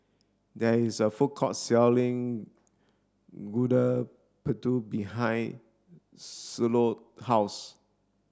there is a food court selling Gudeg Putih behind Shiloh house